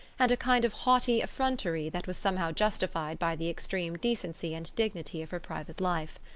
and a kind of haughty effrontery that was somehow justified by the extreme decency and dignity of her private life.